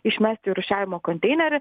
išmesti į rūšiavimo konteinerį